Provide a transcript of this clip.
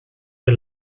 the